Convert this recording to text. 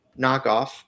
knockoff